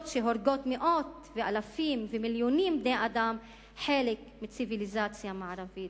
שהורגות מאות אלפים ומיליונים של בני-אדם חלק מציוויליזציה מערבית,